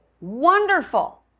wonderful